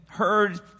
Heard